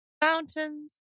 fountains